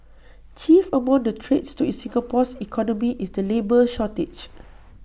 chief among the threats to Singapore's economy is the labour shortage